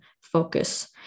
focus